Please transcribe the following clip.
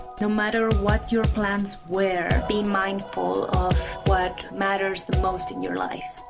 so matter what your plans were, be mindful of what matters the most in your life.